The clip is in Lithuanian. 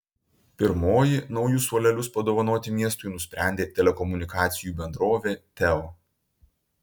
pirmoji naujus suolelius padovanoti miestui nusprendė telekomunikacijų bendrovė teo